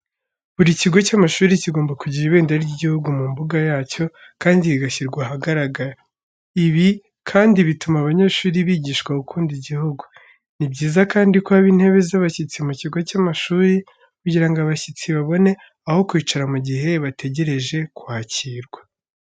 Buri kigo cy’amashuri kigomba kugira ibendera ry’igihugu mu mbuga yacyo, kandi rigashyirwa ahagaragara. Ibi kandi bituma abanyeshuri bigishwa gukunda igihugu. Ni byiza kandi ko haba intebe z'abashyitsi mu kigo cy’amashuri, kugira ngo abashyitsi babone aho kwicara mu gihe bategereje kwakirwa.